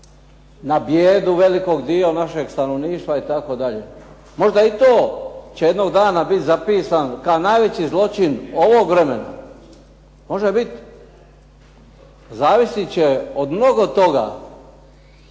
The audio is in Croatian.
na bijedu velikog dio našeg stanovništva itd. Možda i to će jednog dana biti zapisano kao najveći zločin ovog vremena. Može bit. Zavisit će od mnogo toga.